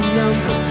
number